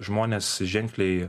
žmonės ženkliai